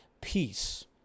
peace